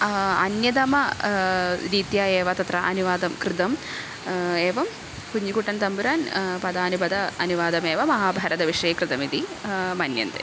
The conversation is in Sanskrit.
अन्यतमः रीत्या एव तत्र अनुवादं कृतम् एवं कुञ्जुकुट्टन् तम्बुरान् पदानुपद अनुवादमेव महाभारतविषये कृतमिति मन्यन्ते